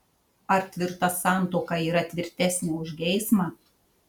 ar tvirta santuoka yra tvirtesnė už geismą